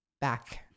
back